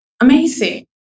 amazing